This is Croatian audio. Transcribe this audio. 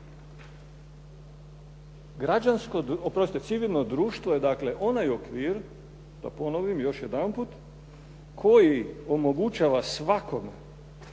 civilno društvo je dakle onaj okvir, da ponovim još jedanput, koji omogućava svakome,